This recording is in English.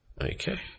Okay